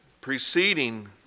preceding